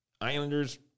Islanders